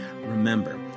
Remember